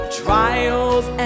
trials